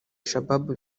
shabaab